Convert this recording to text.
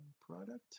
product